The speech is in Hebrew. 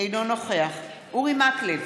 אינו נוכח אורי מקלב,